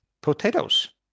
potatoes